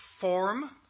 form